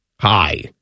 Hi